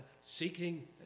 seeking